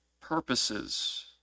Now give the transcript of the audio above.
purposes